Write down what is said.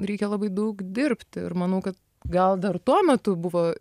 reikia labai daug dirbti ir manau kad gal dar tuo metu buvo